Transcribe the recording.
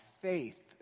faith